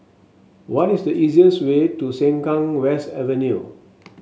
what is the easiest way to Sengkang West Avenue